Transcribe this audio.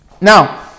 Now